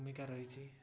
ଭୂମିକା ରହିଛି